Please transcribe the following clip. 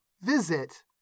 visit